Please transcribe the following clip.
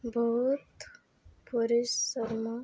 ବହୁତ ପରିଶ୍ରମ